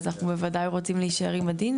אנחנו וודאי רוצים להישאר עם אותו הדין.